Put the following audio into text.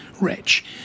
rich